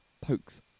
pokes